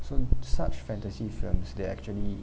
so such fantasy films they actually